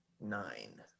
Nine